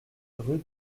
rue